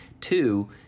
Two